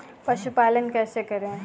पशुपालन कैसे करें?